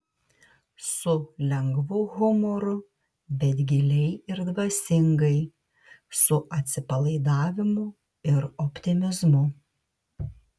su lengvu humoru bet giliai ir dvasingai su atsipalaidavimu ir optimizmu